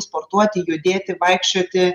sportuoti judėti vaikščioti